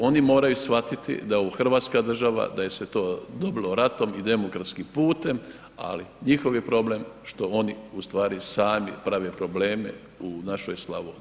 Oni moraju shvatiti da je ovo hrvatska država, da se to dobilo ratom i demokratskim putem ali njihov je problem što oni ustvari sami prave probleme u našoj Slavoniji.